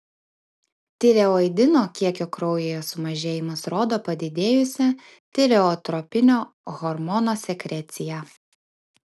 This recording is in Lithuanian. tireoidino kiekio kraujyje sumažėjimas rodo padidėjusią tireotropinio hormono sekreciją